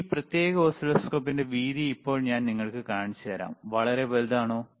ഈ പ്രത്യേക ഓസിലോസ്കോപ്പിന്റെ വീതി ഇപ്പോൾ ഞാൻ നിങ്ങൾക്കു കാണിച്ചുതരാം വളരെ വലുതാണോ